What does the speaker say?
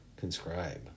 conscribe